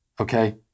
okay